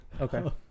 Okay